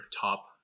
top